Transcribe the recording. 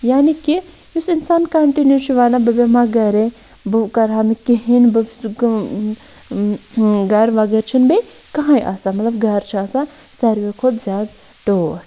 یعنی کہِ یُس اِنسان کَنٹِنیوٗ چھُ وَنان بہٕ بیٚہمہٕ ہا گرے بہٕ کرٕ ہا نہٕ کِہیٖنۍ بہٕ سُہ گرٕ وَغٲر چھُنہٕ بیٚیہِ کٔہَے آسان مطلب گرٕ چھُ آسان ساروی کھۄتہٕ زیادٕ ٹوٹھ